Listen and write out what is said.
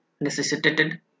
necessitated